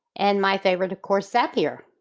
and my favorite of course zapier.